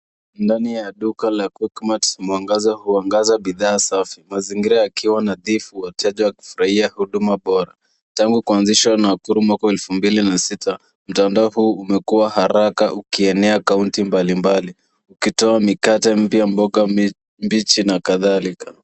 Ndani ya duka la quickmatt mwangaza huangaza bidhaa safi mazingira yakiwa nadhifu wateja wakifurahia huduma bora. Tangu kuanzishwa Nakuru mwaka we elfu mbili na sita. Matandao huu umekuwa haraka ukienea kaunti mbali mbali ukitoa mikate mipya, mboga mabichi na kadhalika.